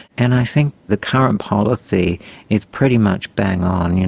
and i think the current policy is pretty much bang on, you know